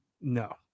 No